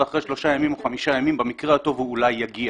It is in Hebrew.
ואחרי שלושה ימים או חמישה ימים במקרה הטוב הוא אולי יגיע.